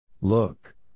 Look